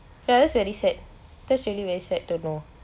ya that's very sad that's really very sad to know